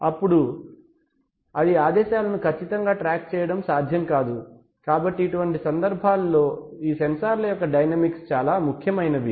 అప్పుడు అది ఆదేశాలను ఖచ్చితంగా ట్రాక్ చేయడం సాధ్యం కాదు కాబట్టి ఇటువంటి సందర్భాల్లో ఈ సెన్సార్ల యొక్క డైనమిక్స్ చాలా ముఖ్యమైనవి